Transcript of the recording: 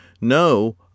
No